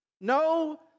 No